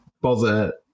bother